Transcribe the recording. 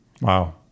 Wow